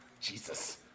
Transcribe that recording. Jesus